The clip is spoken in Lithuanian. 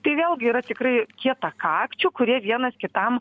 tai vėlgi yra tikrai kietakakčių kurie vienas kitam